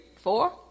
four